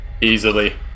Easily